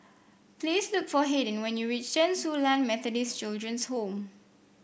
please look for Hayden when you reach Chen Su Lan Methodist Children's Home